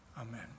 Amen